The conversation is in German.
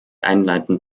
einleitend